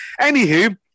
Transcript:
anywho